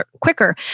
quicker